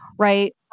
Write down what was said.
right